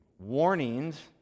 warnings